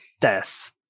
death